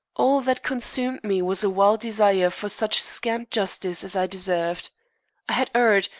all that consumed me was a wild desire for such scant justice as i deserved. i had erred,